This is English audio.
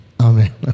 Amen